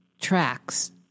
tracks